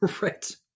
Right